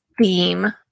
theme